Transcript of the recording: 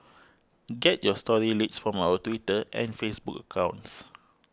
get your story leads from our Twitter and Facebook accounts